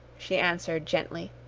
she answered, gently.